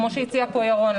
כמו שהציע פה ירון,